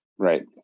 Right